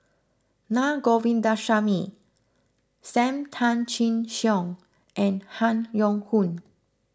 Na Govindasamy Sam Tan Chin Siong and Han Yong Hong